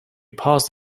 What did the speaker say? paused